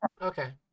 okay